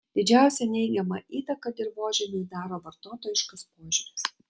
didžiausią neigiamą įtaką dirvožemiui daro vartotojiškas požiūris